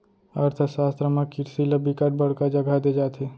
अर्थसास्त्र म किरसी ल बिकट बड़का जघा दे जाथे